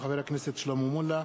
שהעלה חבר הכנסת שלמה מולה,